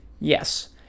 Yes